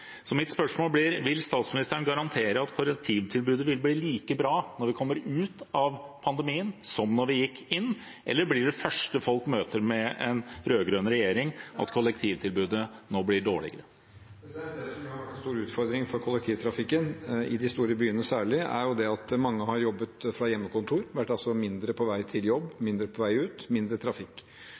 Mitt spørsmål blir: Vil statsministeren garantere at kollektivtilbudet vil bli like bra når vi kommer ut av pandemien, som da vi gikk inn, eller blir det første folk møter med en rød-grønn regjering, at kollektivtilbudet blir dårligere? Det som har vært en stor utfordring for kollektivtrafikken, særlig i de store byene, er at mange har jobbet fra hjemmekontor, vært mindre på vei til jobb, mindre på vei ut – det har vært mindre trafikk.